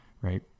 right